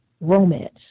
romance